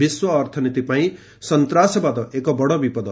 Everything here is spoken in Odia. ବିଶ୍ୱ ଅର୍ଥନୀତି ପାଇଁ ସନ୍ତାସବାଦ ଏକ ବଡ଼ ବିପଦ